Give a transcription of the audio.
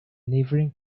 neighbouring